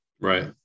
Right